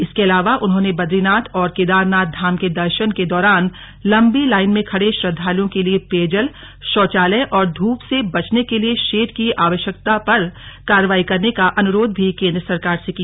इसके अलावा उन्होंने बदरीनाथ और केदारनाथ धाम के दर्शन के दौरान लंबी लाइन में खड़े श्रद्धालुओं के लिए पेयजल शौचालय और ध्रप से बचने के लिए शेड की आवश्यकता पर कार्यवाही करने का अनुरोध भी केन्द्र सरकार से किया